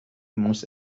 muss